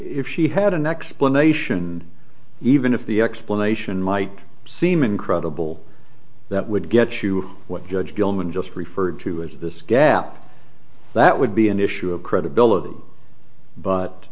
if she had an explanation even if the explanation might seem incredible that would get you what judge gilman just referred to as this gap that would be an issue of credibility but